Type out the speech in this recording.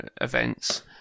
events